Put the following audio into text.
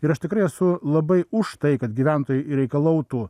ir aš tikrai esu labai už tai kad gyventojai reikalautų